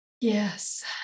Yes